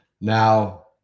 Now